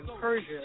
Persia